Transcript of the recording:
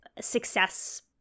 success